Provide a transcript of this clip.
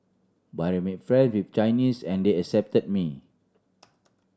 but I made friends with Chinese and they accepted me